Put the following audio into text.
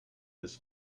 his